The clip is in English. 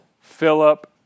Philip